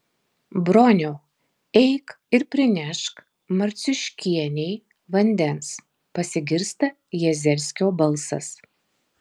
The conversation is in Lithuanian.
broniau eik ir prinešk marciuškienei vandens pasigirsta jazerskio balsas